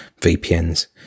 VPNs